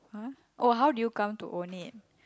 !huh! oh how do you come to own it